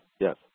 yes